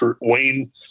Wayne